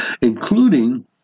including